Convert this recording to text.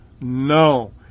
No